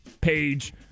page